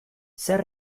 zer